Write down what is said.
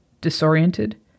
disoriented